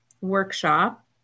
workshop